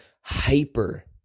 hyper